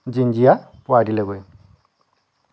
জিঞ্জিয়া পোৱাই দিলেগৈ